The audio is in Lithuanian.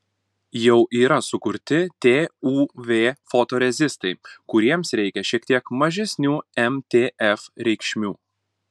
jau yra sukurti tuv fotorezistai kuriems reikia šiek tiek mažesnių mtf reikšmių